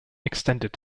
extended